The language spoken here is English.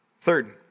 Third